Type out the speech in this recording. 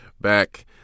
Back